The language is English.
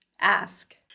ask